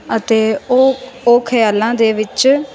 ਅਤੇ ਉਹ ਉਹ ਖਿਆਲਾਂ ਦੇ ਵਿੱਚ